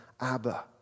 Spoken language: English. Abba